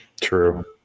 True